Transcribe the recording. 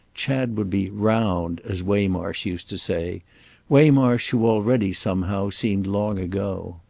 chad would be round, as waymarsh used to say waymarsh who already, somehow, seemed long ago.